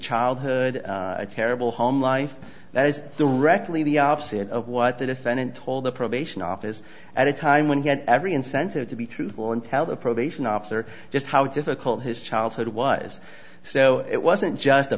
childhood a terrible home life that is directly the opposite of what the defendant told the probation office at a time when he had every incentive to be truthful and tell the probation officer just how difficult his childhood was so it wasn't just a